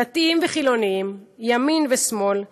דתיים וחילוניים, ימין ושמאל,